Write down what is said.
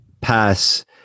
pass